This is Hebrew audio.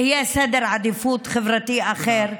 יהיה סדר עדיפויות חברתי אחר,